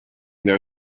their